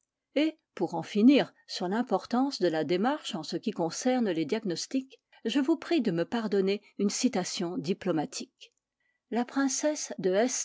et pour en finir sur l'importance de la démarche en ce qui concerne les diagnostics je vous prie de me pardonner une citation diplomatique la princesse de